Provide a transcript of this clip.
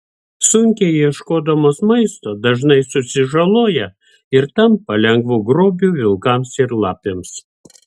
sunkiai ieškodamos maisto dažnai susižaloja ir tampa lengvu grobiu vilkams ir lapėms